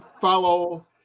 follow